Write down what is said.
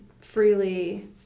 freely